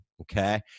Okay